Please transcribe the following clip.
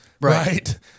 right